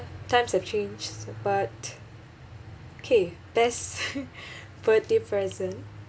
times have changed but K best birthday present